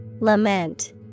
Lament